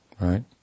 right